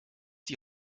die